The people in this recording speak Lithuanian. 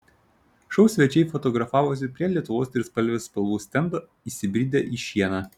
šou svečiai fotografavosi prie lietuvos trispalvės spalvų stendo įsibridę į šieną